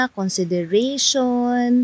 consideration